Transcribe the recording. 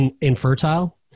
infertile